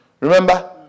Remember